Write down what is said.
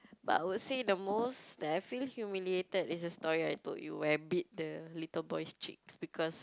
but I would say the most that I feel humiliated is the story I told you where I bit the little boy's cheeks because